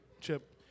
Chip